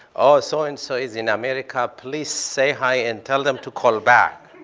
oh, so-and-so is in america. please, say, hi, and tell them to call back.